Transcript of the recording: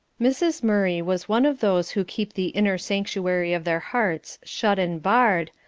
mrs. murray was one of those who keep the inner sanctuary of their hearts shut and barred,